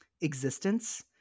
existence